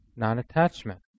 non-attachment